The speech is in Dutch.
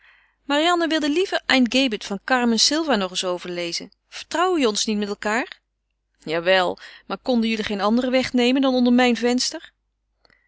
marianne wilde liever ein gebet van carmen sylva nog eens overlezen vertrouw je ons niet met elkaâr jawel maar konden jullie geen anderen weg nemen dan onder mijn venster